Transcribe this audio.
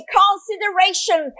consideration